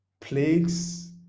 Plagues